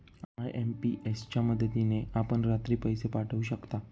IMPS च्या मदतीने आपण रात्री पैसे पाठवू शकता